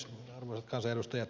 arvoisat kansanedustajat